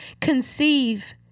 conceive